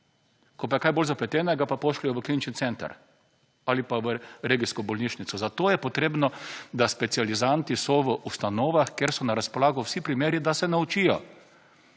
ko pa je kaj bolj zapletenega, pa pošljejo v klinični center ali pa v regijsko bolnišnico. Zato je potrebno, da specializanti so v ustanovah, kjer so na razpolago vsi primeri, da se naučijo.